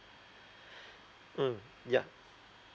mm ya